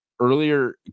Earlier